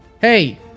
Hey